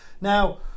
Now